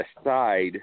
aside